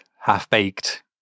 half-baked